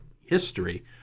history